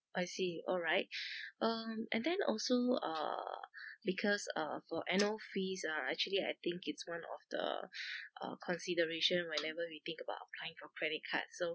I see alright um and then also uh because uh for annual fees are actually I think is one of the uh consideration whenever we think about applying for credit cards so